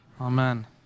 amen